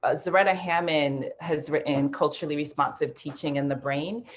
ah zaretta hammond has written culturally responsive teaching in the brain.